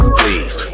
please